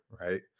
right